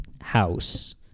house